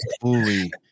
fully